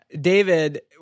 David